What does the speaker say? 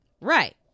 Right